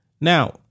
Now